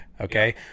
okay